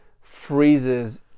freezes